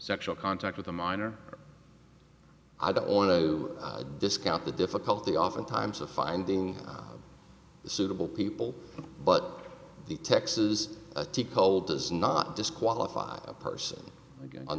sexual contact with a minor i don't want to discount the difficulty oftentimes of finding suitable people but the texas call does not disqualify a person on